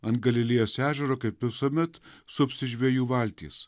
ant galilėjos ežero kaip visuomet supsis žvejų valtys